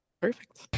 perfect